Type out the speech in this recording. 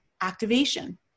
activation